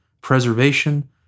preservation